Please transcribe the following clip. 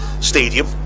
stadium